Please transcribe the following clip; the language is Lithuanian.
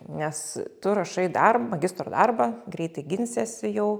nes tu rašai dar magistro darbą greitai ginsiesi jau